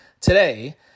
today